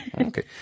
Okay